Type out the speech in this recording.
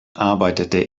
arbeitete